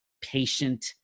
patient